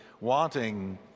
wanting